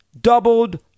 doubled